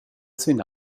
sün